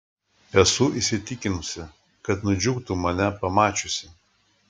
esu įsitikinusi kad nudžiugtų mane pamačiusi